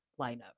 lineup